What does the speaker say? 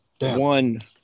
One